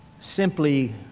simply